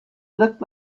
looked